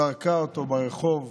זרקה אותו ברחוב